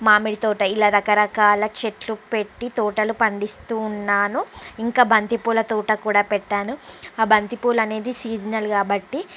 మామిడితోట ఇలా రకరకాల చెట్లు పెట్టి తోటలు పండిస్తూ ఉన్నాను ఇంకా బంతిపూల తోట కూడా పెట్టాను ఆ బంతిపూలనేది సీజనల్ కాబట్టి